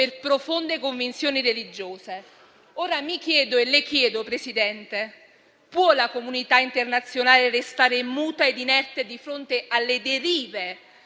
profonde convinzioni religiose. Mi chiedo e le chiedo, Presidente, può la comunità internazionale restare muta e inerte di fronte alle derive